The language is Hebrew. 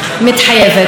מתחייבת.